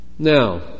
Now